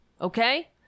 Okay